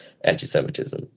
anti-Semitism